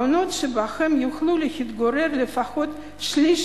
מעונות שבהם יוכלו להתגורר לפחות שליש